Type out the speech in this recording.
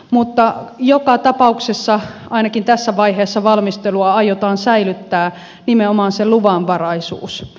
mutta joka tapauksessa ainakin tässä vaiheessa valmistelua aiotaan säilyttää nimenomaan sen luvanvaraisuus